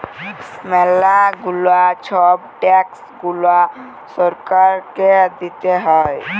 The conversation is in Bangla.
ম্যালা গুলা ছব ট্যাক্স গুলা সরকারকে দিতে হ্যয়